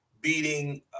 beating